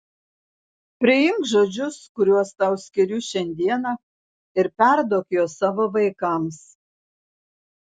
priimk žodžius kuriuos tau skiriu šiandieną ir perduok juos savo vaikams